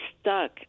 stuck